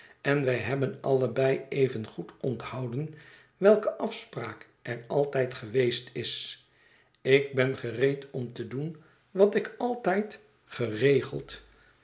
en wij hebben allebei evengoed onthouden welke afspraak er altijd geweest is ik ben gereed om te doen wat ik altijd geregeld